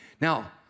Now